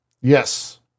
Yes